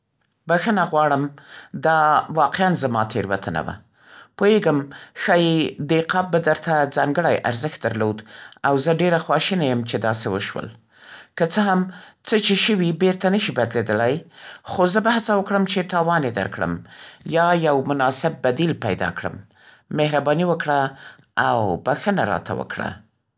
بخښنه غواړم، دا واقعاً زما تېروتنه وه. پوهېږم ښايي دې قاب به درته ځانګړی ارزښت درلود او زه ډېره خواشینې یم چې داسې وشول. که څه هم څه چې شوي بېرته نه شي بدلېدلی. خو زه به هڅه وکړم چې تاوان یې درکړم یا یو مناسب بدیل پیدا کړم. مهرباني وکړه او بخښنه راته وکړه!